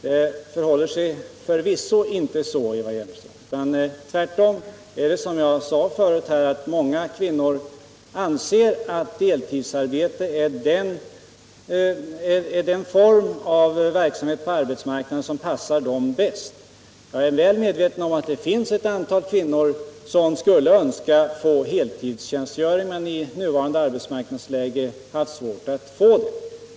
Det förhåller sig förvisso inte så, Eva Hjelmström, utan tvärtom anser många kvinnor, att deltidsarbete är det alternativ som passar dem bäst. Jag är väl medveten om att det finns ett antal deltidsarbetande kvinnor som skulle önska heltidstjänstgöring men i nuvarande arbetsmarknadsläge har svårt att få det.